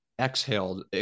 exhaled